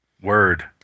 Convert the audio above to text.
Word